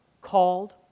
called